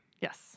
Yes